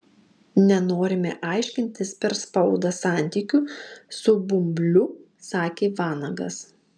nenorime aiškintis per spaudą santykių su bumbliu sakė vanagas